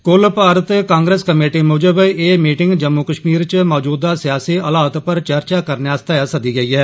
कुल भारत कांग्रेस कमेटी मुजब एह मीटिंग जम्मू कश्मीर च मौजूदा सियासी हालात पर चर्चा करने आस्तै लाई जा'रदी ऐ